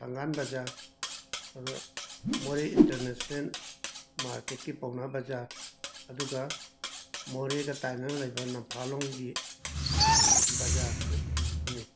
Thangal Bazar Moreh international ꯃꯥꯔꯀꯦꯠꯀꯤ ꯄꯥꯎꯅꯥ ꯕꯖꯥꯔ ꯑꯗꯨꯒ ꯃꯣꯔꯦꯒ ꯇꯥꯏꯅꯅ ꯂꯩꯕ ꯅꯝꯐꯥꯂꯣꯡꯒꯤ ꯕꯖꯥꯔ ꯁꯤꯅꯤ